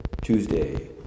Tuesday